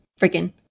freaking